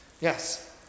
Yes